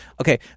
Okay